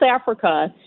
Africa